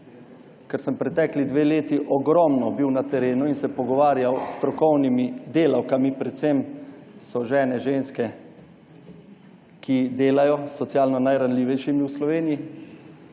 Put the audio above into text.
Ker sem bil pretekli dve leti ogromno na terenu in se pogovarjal s strokovnimi delavkami, predvsem so žene, ženske, ki delajo s socialno najranljivejšimi v Sloveniji.